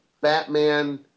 Batman